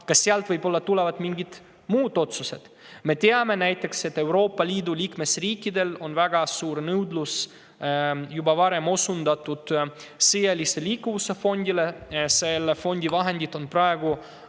kas sealt võivad tulla mingid muud otsused. Me teame näiteks, et Euroopa Liidu liikmesriikide seas on väga suur nõudlus juba varem osundatud sõjalise liikuvuse fondi [rahastuse] järele. Selle fondi vahendid on praegu